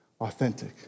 authentic